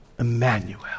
Emmanuel